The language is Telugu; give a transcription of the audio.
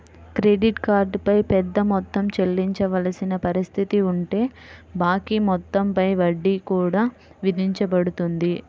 క్రెడిట్ కార్డ్ పై పెద్ద మొత్తం చెల్లించవలసిన పరిస్థితి ఉంటే బాకీ మొత్తం పై వడ్డీ కూడా విధించబడుతుంది